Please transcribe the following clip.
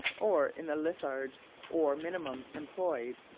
or in the litharge or minium employed,